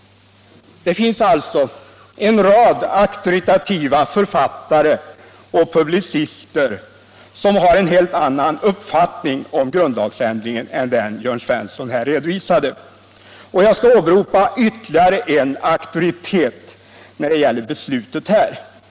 Det finns alltså en rad auktoritativa författare och publicister som har en helt annan uppfattning om grundlagsändringen än den Jörn Svensson här redovisat. Jag skall åberopa ytterligare en auktoritet när det gäller beslutet här.